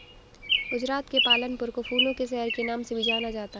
गुजरात के पालनपुर को फूलों के शहर के नाम से भी जाना जाता है